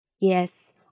yes